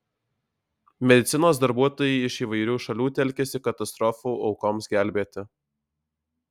medicinos darbuotojai iš įvairių šalių telkiasi katastrofų aukoms gelbėti